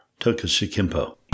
Tokushikimpo